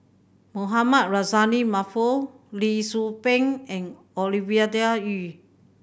Mohamed Rozani Maarof Lee Tzu Pheng and Ovidia Yu